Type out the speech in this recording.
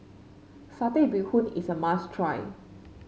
Satay Bee Hoon is a must try